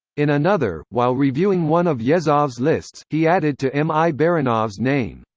in another, while reviewing one of yezhov's lists, he added to m. i. baranov's name,